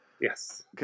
Yes